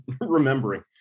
remembering